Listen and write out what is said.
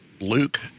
Luke